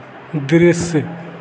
दृश्य